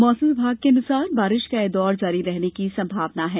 मौसम विभाग के अनुसार बारिश का यह दौर जारी रहने की संभावाना है